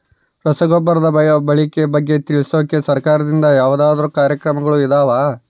ರಸಗೊಬ್ಬರದ ಬಳಕೆ ಬಗ್ಗೆ ತಿಳಿಸೊಕೆ ಸರಕಾರದಿಂದ ಯಾವದಾದ್ರು ಕಾರ್ಯಕ್ರಮಗಳು ಇದಾವ?